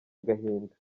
agahinda